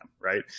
Right